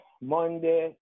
Monday